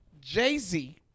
Jay-Z